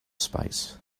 space